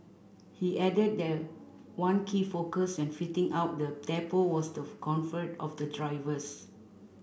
he added that one key focus when fitting out the depot was the comfort of the drivers